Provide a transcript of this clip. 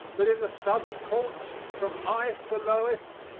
that in the southern courts, from highest to lowest,